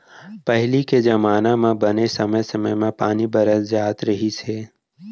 पहिली के जमाना म बने समे समे म पानी बरस जात रहिस हे